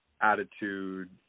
attitude